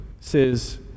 says